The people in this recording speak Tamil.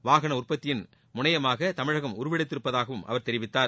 வாகன உற்பத்தியின் முனையமாக தமிழகம் உருவெடுத்திருப்பதாகவும் அவர் தெரிவித்தார்